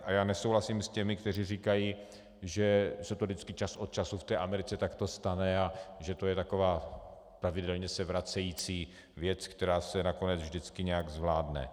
A já nesouhlasím s těmi, kteří říkají, že se to vždycky čas od času v Americe takto stane a že to je taková pravidelně se vracející věc, která se nakonec vždycky nějak zvládne.